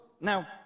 Now